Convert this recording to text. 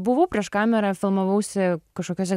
buvau prieš kamerą filmavausi kažkokiuose